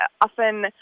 Often